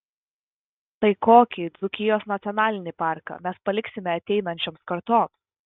tai kokį dzūkijos nacionalinį parką mes paliksime ateinančioms kartoms